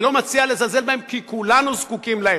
אני לא מציע לזלזל בהם, כי כולנו זקוקים להם.